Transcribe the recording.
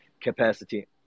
capacity